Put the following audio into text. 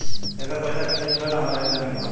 येकर पैसा कैसे मिलेला हमरा के जाने के बा?